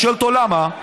אני שואל אותו: למה?